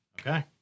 Okay